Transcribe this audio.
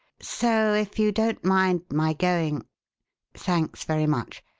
so if you don't mind my going thanks very much.